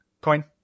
coin